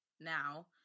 now